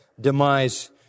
demise